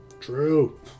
True